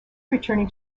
returning